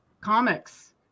Comics